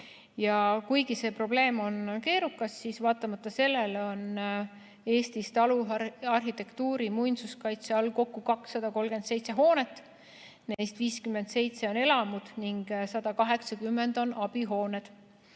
mitte. See probleem on keerukas, kuid vaatamata sellele on Eestis taluarhitektuuri muinsuskaitse all kokku 237 hoonet, neist 57 on elamud ning 180 abihooned.